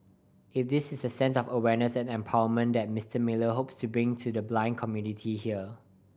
it is this sense of awareness and empowerment that Mister Miller hopes to bring to the blind community here